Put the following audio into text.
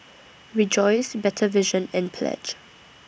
Rejoice Better Vision and Pledge